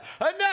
Enough